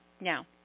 Now